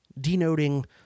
denoting